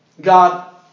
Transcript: god